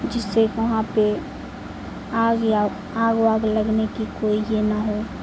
جس سے وہاں پہ آگ آگ واگ لگنے کی کوئی یہ نہ ہو